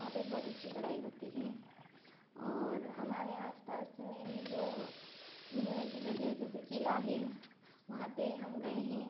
वहाँ पर बहुत अच्छी पढ़ाई होती हैं और हमारे आसपास में भी ज़ो घूमने कि जगह जैसे कि इलाही वहाँ पर हम गए हैं